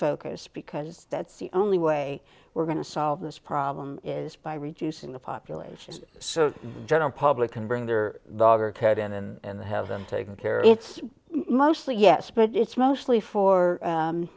focus because that's the only way we're going to solve this problem is by reducing the population so general public can bring their dog or cat in and have them taken care of it's mostly yes but it's mostly for